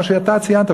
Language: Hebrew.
כמו שאתה ציינת,